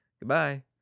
Goodbye